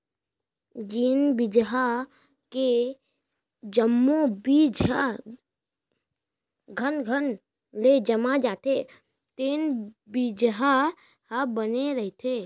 जेन बिजहा के जम्मो बीजा ह घनघन ले जाम जाथे तेन बिजहा ह बने रहिथे